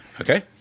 Okay